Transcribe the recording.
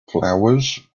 flowers